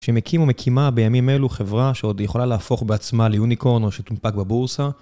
שמקים או מקימה בימים אלו חברה שעוד יכולה להפוך בעצמה ליוניקון או שתומפק בבורסה.